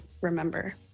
remember